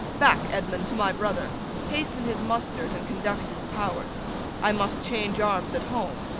back, edmund, to my brother hasten his musters and conduct his powers i must change arms at home,